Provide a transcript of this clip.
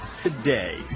today